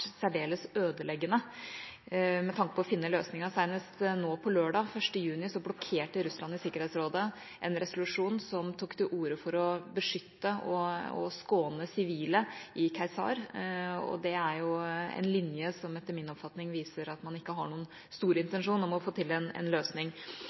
særdeles ødeleggende med tanke på å finne løsninger. Senest nå på lørdag, 1. juni, blokkerte Russland i Sikkerhetsrådet en resolusjon som tok til orde for å beskytte og skåne sivile i Qusair, og det er jo en linje som etter min oppfatning viser at man ikke har noen stor